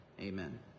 amen